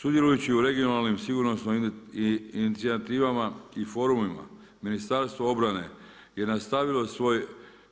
Sudjelujući u regionalnim sigurnosnim inicijativama i forumima Ministarstvo obrane je nastavilo svoj